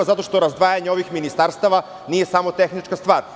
Zato što razdvajanje ovih ministarstava nije samo tehnička stvar.